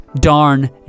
darn